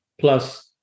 plus